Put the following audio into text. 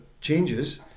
changes